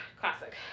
Classic